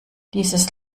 dieses